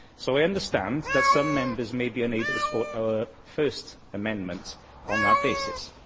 so, i understand that some members may be unable to support our first amendment on that basis,